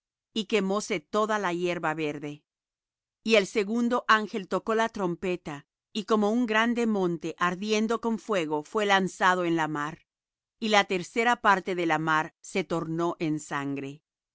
y quemóse toda la hierba verde y el segundo ángel tocó la trompeta y como un grande monte ardiendo con fuego fué lanzado en la mar y la tercera parte de la mar se tornó en sangre